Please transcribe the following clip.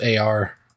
AR